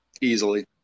easily